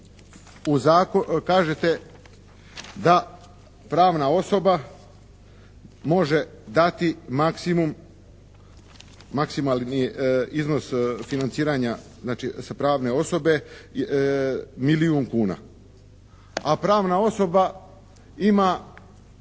Kažete da pravna osoba može dati maksimalni iznos financiranja znači sa pravne osobe milijun kuna. A pravna osoba ima